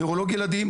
נוירולוג ילדים,